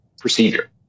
procedure